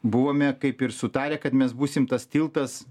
buvome kaip ir sutarę kad mes būsim tas tiltas